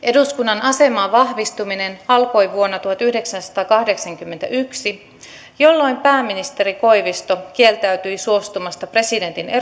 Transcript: eduskunnan aseman vahvistuminen alkoi vuonna tuhatyhdeksänsataakahdeksankymmentäyksi jolloin pääministeri koivisto kieltäytyi suostumasta presidentin